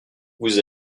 vous